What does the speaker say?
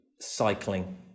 cycling